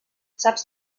saps